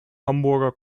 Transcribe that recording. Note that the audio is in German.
hamburger